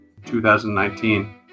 2019